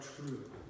true